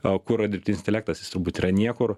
o kur yra dirbtinis intelektas jis turbūt yra niekur